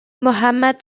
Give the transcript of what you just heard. mohammad